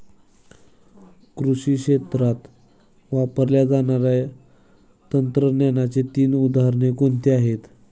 कृषी क्षेत्रात वापरल्या जाणाऱ्या तंत्रज्ञानाची तीन उदाहरणे कोणती आहेत?